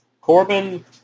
Corbin